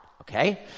okay